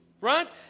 right